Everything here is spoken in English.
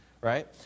Right